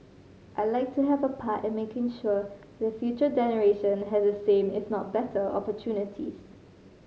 I'd like to have a part in making sure the future generation has the same if not better opportunities